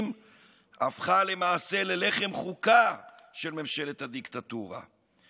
הפכה למעשה ללחם חוקה של ממשלת הדיקטטורה.